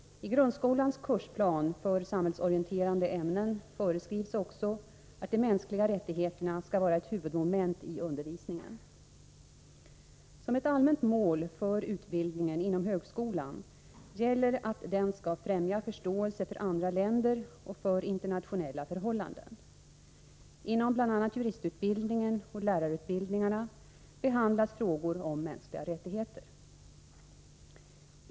I grundskolans kursplan för samhällsorienterande ämnen föreskrivs också att de mänskliga rättigheterna skall vara ett huvudmoment i undervisningen. Som ett allmänt mål för utbildningen inom högskolan gäller att den skall främja förståelsen för andra länder och för internationella förhållanden. Inom bl.a. juristutbildningen och lärarutbildningarna behandlas frågor om mänskliga rättigheter.